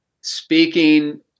speaking